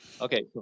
Okay